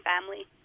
family